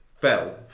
fell